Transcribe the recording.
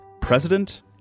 President